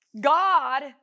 god